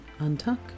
untuck